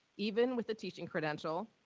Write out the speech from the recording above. even with the teaching credential,